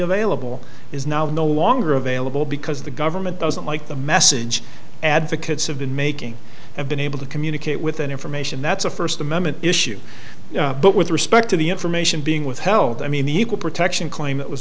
available is now no longer available because the government doesn't like the message advocates have been making have been able to communicate with information that's a first amendment issue but with respect to the information being withheld i mean the equal protection claim that was